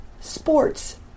sports